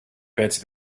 pezzi